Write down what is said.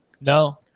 No